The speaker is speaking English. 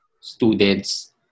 students